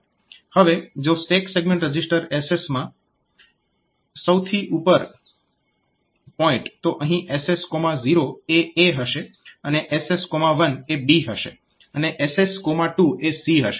હવે જો stack segment register SS આમાં સૌથી ઉપર પોઇન્ટ તો અહીં SS0 એ a હશે અને SS1 એ b હશે અને SS2 એ c હશે